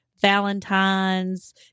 Valentine's